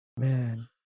Man